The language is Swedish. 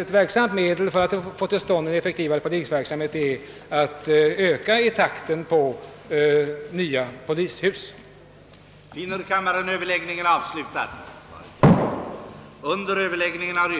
Ett verksamt medel för att effektivisera polisverksamheten är just att öka takten i byggandet av polishus. Herr talman! Jag yrkar bifall